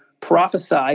prophesy